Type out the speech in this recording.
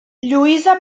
lluïsa